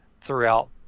throughout